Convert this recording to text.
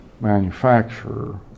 manufacturer